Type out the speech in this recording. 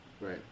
Right